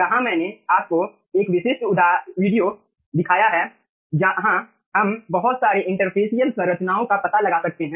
यहां मैंने आपको एक विशिष्ट वीडियो दिखाया है जहां हम बहुत सारे इंटरफैसिअल संरचनाओं का पता लगा सकते हैं